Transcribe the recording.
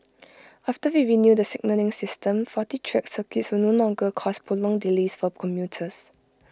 after we renew the signalling system faulty track circuits will no longer cause prolonged delays for commuters